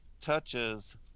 touches